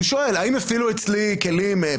הוא שואל: האם הפעילו אצלי כלים,